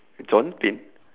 john pin